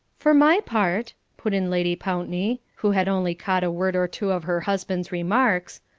for my part, put in lady pountney, who had only caught a word or two of her husband's remarks,